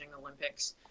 Olympics